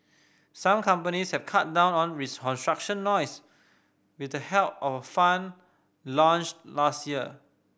some companies have cut down on construction noise with the help of a fund launched last year